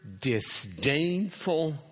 disdainful